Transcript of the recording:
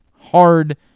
Hard